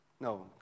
No